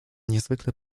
niezwykle